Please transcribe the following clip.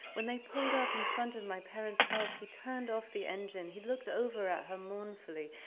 when they pulled up in front of my parents' house, he turned off the engine. he looked over at her mournfully.